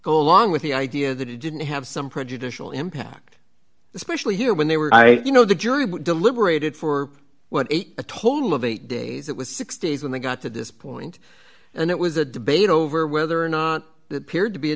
go along with the idea that it didn't have some prejudicial impact especially here when they were i you know the jury deliberated for a total of eight days that was six days when they got to this point and it was a debate over whether or not the period to be a